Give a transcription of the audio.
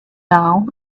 now